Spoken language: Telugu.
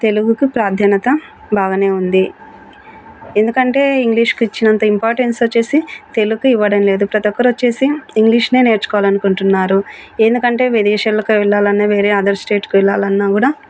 తెలుగుకు ప్రాధాన్యత బాగానే ఉంది ఎందుకంటే ఇంగ్లీష్కి ఇచ్చినంత ఇంపార్టెన్స్ వచ్చేసి తెలుగుకు ఇవ్వడం లేదు ప్రతి ఒక్కరు వచ్చేసి ఇంగ్లీష్నే నేర్చుకోవాలనుకుంటున్నారు ఎందుకంటే విదేశాలకి వెళ్ళాలన్నా వేరే అదర్ స్టేట్కి వెళ్ళాలన్నా కూడా